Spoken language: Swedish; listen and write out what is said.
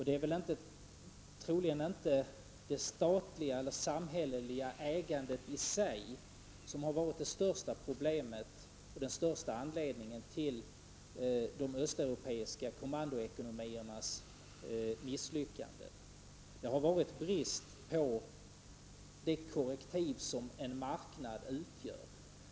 Det är väl troligen inte det statliga eller samhälleliga ägandet i sig som har varit det största problemet och den största anledningen till östeuropeiska kommandoekonomiers misslyckanden. Det har varit brist på det kollektiv som en marknad utgör.